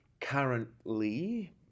currently